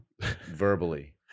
verbally